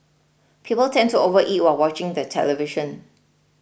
people tend to overeat while watching the television